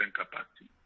capacity